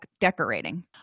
decorating